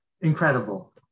Incredible